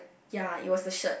ya it was a shirt